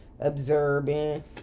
observing